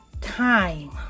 Time